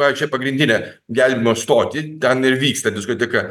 pačią pagrindinę gelbėjimo stotį ten ir vyksta diskoteka